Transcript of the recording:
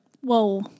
Whoa